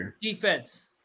defense